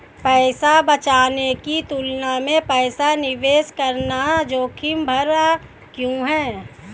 पैसा बचाने की तुलना में पैसा निवेश करना जोखिम भरा क्यों है?